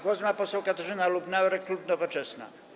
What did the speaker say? Głos ma poseł Katarzyna Lubnauer, klub Nowoczesna.